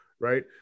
Right